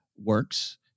works